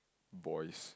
voice